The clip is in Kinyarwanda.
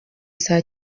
saa